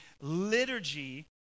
liturgy